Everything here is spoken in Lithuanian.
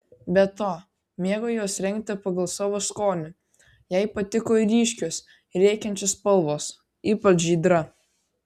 be to mėgo juos rengti pagal savo skonį jai patiko ryškios rėkiančios spalvos ypač žydra